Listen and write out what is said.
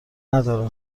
نداره